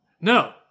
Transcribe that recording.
No